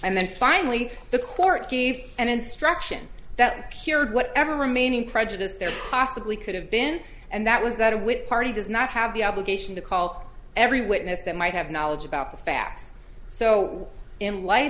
and then finally the court gave an instruction that cured whatever remaining prejudice there possibly could have been and that was that a whig party does not have the obligation to call every witness that might have knowledge about the facts so in light